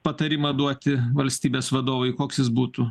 patarimą duoti valstybės vadovui koks jis būtų